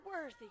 worthy